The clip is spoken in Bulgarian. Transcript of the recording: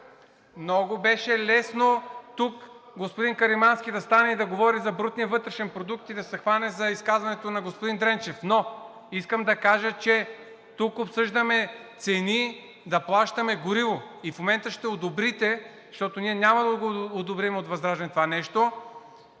Много беше лесно тук господин Каримански да стане и да говори за брутния вътрешен продукт и да се хване за изказването на господин Дренчев, но искам да кажа, че тук обсъждаме цени да плащаме гориво и в момента ще одобрите, защото ние от ВЪЗРАЖДАНЕ няма да одобрим това нещо,